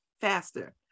faster